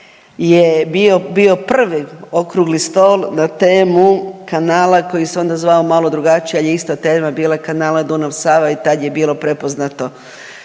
je bio prvi okrugli stol na temu kanala koji se onda zvao malo drugačije ali je ista tema bila Kanala Dunav-Sava i tad je bilo prepoznato